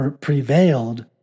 prevailed